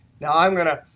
now, i'm going to,